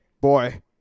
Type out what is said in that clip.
boy